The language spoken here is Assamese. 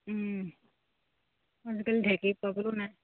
আজিকালি ঢেকী পাবলেও নাই